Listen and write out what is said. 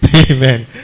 Amen